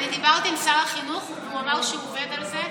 אני דיברתי עם שר החינוך והוא אמר שהוא עובד על זה.